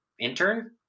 intern